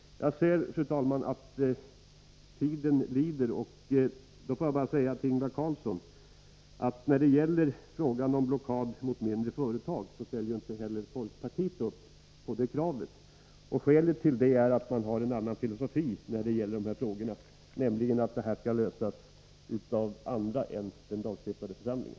Jag ser, fru talman, att tiden lider. Då får jag bara säga till Ingvar Carlsson, att i fråga om blockad mot mindre företag så ställer inte heller folkpartiet upp på det kravet. Skälet är att man har en annan filosofi när det gäller dessa frågor, nämligen att de skall lösas av andra än den lagstiftande församlingen.